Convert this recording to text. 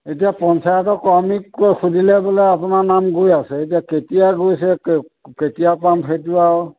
এতিয়া পঞ্চায়তৰ কৰ্মীক সুধিলে বোলে আপোনাৰ নাম গৈ আছে এতিয়া কেতিয়া গৈছে কেও কেতিয়া পাম সেইটো আৰু